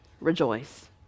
rejoice